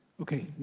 okay,